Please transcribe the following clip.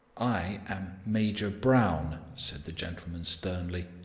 i am major brown, said that gentleman sternly.